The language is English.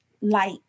light